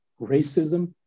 racism